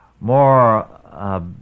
More